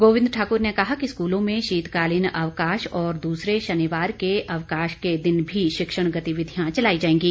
गोविंद ठाकुर ने कहा कि स्कूलों में शीतकालीन अवकाश और दूसरे शनिवार के अवकाश के दिन भी शिक्षण गतिविधियां चलाई जाएंगी